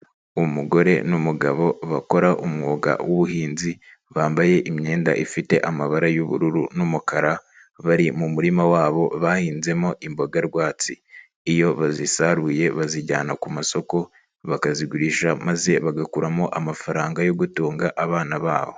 Umugore n'umugabo bakora umwuga w'ubuhinzi bambaye imyenda ifite amabara y'ubururu n'umukara, bari mu murima wabo bahinzemo imboga rwatsi. Iyo bazisaruye bazijyana ku masoko bakazigurisha maze bagakuramo amafaranga yo gutunga abana babo.